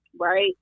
right